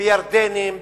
בירדנים,